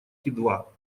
кидва